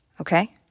Okay